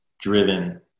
driven